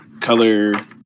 color